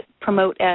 promote